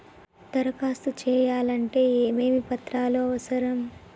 దరఖాస్తు చేయాలంటే ఏమేమి పత్రాలు అవసరం?